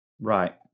Right